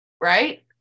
Right